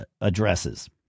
addresses